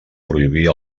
prohibir